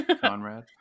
Conrad